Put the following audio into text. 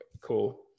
cool